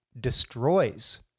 destroys